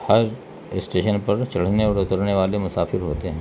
ہر station پر چڑھنے اور اترنے والے مسافر ہوتے ہیں